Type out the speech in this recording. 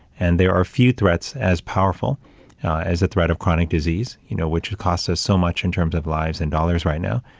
and there are few threats as powerful as the threat of chronic disease, you know, which has cost us so much in terms of lives and dollars right now,